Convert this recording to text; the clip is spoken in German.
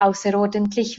außerordentlich